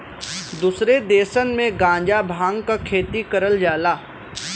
दुसरे देसन में गांजा भांग क खेती करल जाला